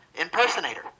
impersonator